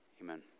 Amen